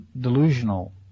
delusional